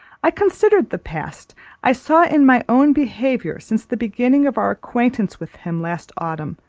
i considered the past i saw in my own behaviour, since the beginning of our acquaintance with him last autumn,